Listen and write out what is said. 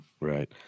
Right